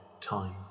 time